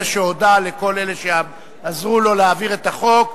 שהודה לכל אלה שעזרו לו להעביר את החוק.